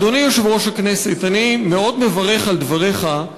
אדוני יושב-ראש הכנסת, אני מאוד מברך על דבריך,